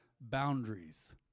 boundaries